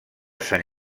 sant